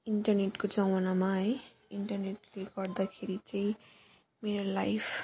इन्टरनेटको जमानामा है इन्टरनेटले गर्दाखेरि चाहिँ मेरो लाइफ